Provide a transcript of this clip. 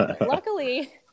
luckily